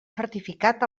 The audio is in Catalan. certificat